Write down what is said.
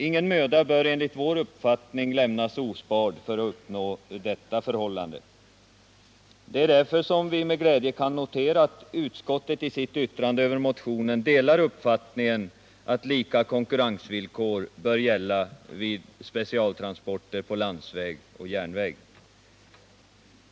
Ingen möda bör enligt vår mening sparas för att uppnå detta. Det är därför glädjande att kunna notera, att utskottet i sitt yttrande över motionen delar uppfattningen att lika konkurrensvillkor bör gälla vid specialtransporter på landsväg och järnväg.